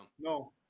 No